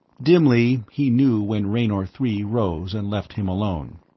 dimly, he knew when raynor three rose and left him alone.